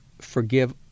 forgive